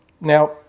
Now